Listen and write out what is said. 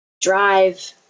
drive